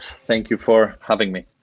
thank you for having me.